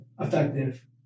effective